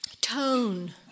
tone